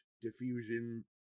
diffusion